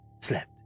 slept